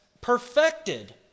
perfected